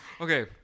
Okay